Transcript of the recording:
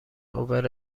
اوبر